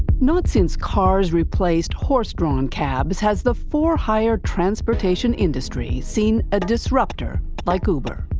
not since cars replaced horse drawn cabs has the for-hire transportation industry seen a disrupter like uber.